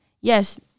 yes